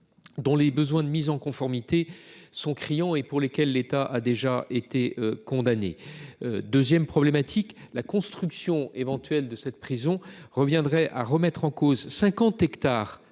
dont les besoins de mise en conformité sont criants et pour lesquels l’État a déjà été condamné. Ensuite, la construction éventuelle de cette prison reviendrait à remettre en cause 50 hectares